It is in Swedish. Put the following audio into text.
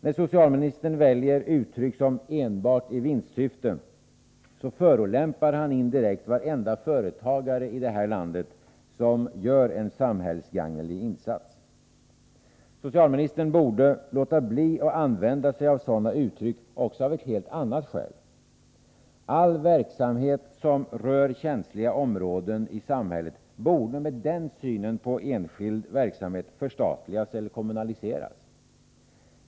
När socialministern väljer uttryck som ”enbart i vinstsyfte”, förolämpar han indirekt varenda företagare i det här landet som gör en samhällsgagnelig insats. Socialministern borde låta bli att använda sig av sådana uttryck också av ett helt annat skäl. All verksamhet som rör känsliga områden i samhället borde med den synen på enskild verksamhet förstatligas eller kommunaliseras.